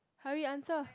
hurry answer